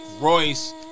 Royce